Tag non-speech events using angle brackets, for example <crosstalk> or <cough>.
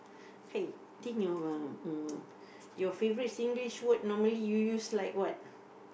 hey think of uh <noise> your favorite Singlish word normally you use like what